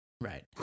Right